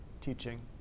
teaching